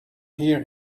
here